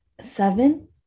seven